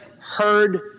heard